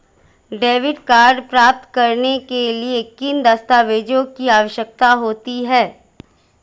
Debit card प्राप्त करने के लिए किन दस्तावेज़ों की आवश्यकता होती है?